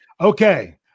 Okay